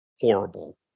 horrible